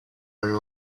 going